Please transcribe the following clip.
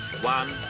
one